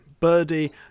birdie